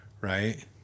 right